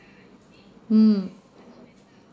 mm